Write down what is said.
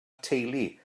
teulu